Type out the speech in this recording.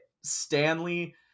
Stanley